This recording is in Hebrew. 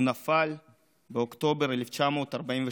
הוא נפל באוקטובר 1943,